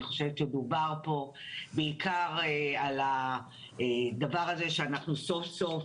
אני חושבת שדובר פה בעיקר על הדבר הזה שאנחנו סוף סוף